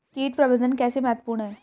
कीट प्रबंधन कैसे महत्वपूर्ण है?